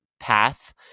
path